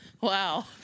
Wow